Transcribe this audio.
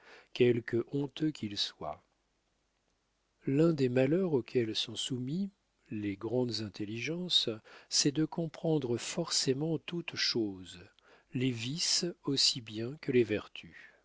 quelque honteux qu'ils soient l'un des malheurs auxquels sont soumises les grandes intelligences c'est de comprendre forcément toutes choses les vices aussi bien que les vertus